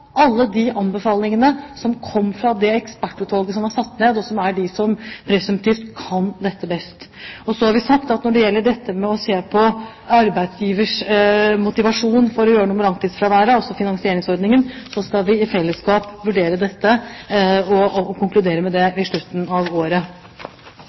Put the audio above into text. alle anbefalingene fra det ekspertutvalget som ble satt ned, og som er de som presumptivt kan dette best. Så har vi sagt at når det gjelder arbeidsgivers motivasjon for å gjøre noe med langtidsfraværet, altså finansieringsordningen, skal vi i fellesskap vurdere dette og konkludere i slutten av året. Det